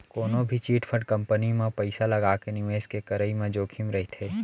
कोनो भी chit fund company म पइसा लगाके निवेस के करई म जोखिम रहिथे